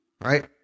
Right